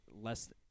less